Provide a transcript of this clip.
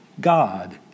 God